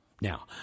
Now